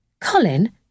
Colin